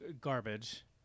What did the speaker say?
garbage